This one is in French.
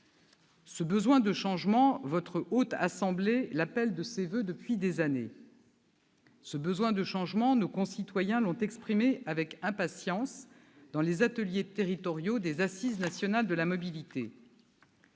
Ce besoin de changement, votre Haute Assemblée l'appelle de ses voeux depuis plusieurs années. Ce besoin de changement, nos concitoyens l'ont exprimé avec impatience dans les ateliers territoriaux des Assises nationales de la mobilité.